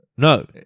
No